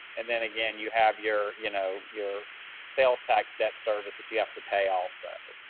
and then again, you have your, you know, your sales tax debt service that you you have to pay also.